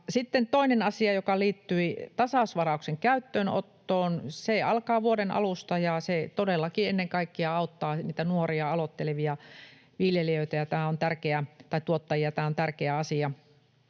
toinen asia, joka liittyy tasausvarauksen käyttöönottoon. Se alkaa vuoden alusta, ja se todellakin auttaa ennen kaikkea niitä nuoria aloittelevia tuottajia. Tämä on tärkeä asia